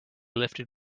lifted